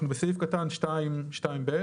אנחנו בסעיף 2 (ב).